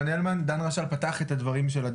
דן רשל פתח את הדיון,